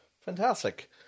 fantastic